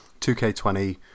2K20